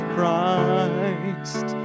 Christ